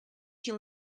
can